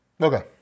Okay